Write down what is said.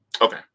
Okay